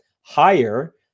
higher